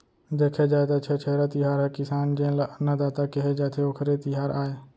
देखे जाए त छेरछेरा तिहार ह किसान जेन ल अन्नदाता केहे जाथे, ओखरे तिहार आय